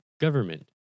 government